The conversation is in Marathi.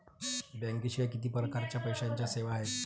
बँकेशिवाय किती परकारच्या पैशांच्या सेवा हाय?